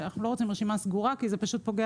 אנחנו לא רוצים רשימה סגורה כי זה פוגע